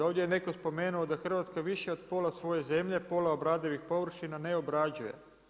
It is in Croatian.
Ovdje je netko spomenuo da Hrvatska više od pola svoje zemlje, pola obradivih površina ne obrađuje.